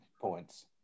points